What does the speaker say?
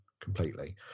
completely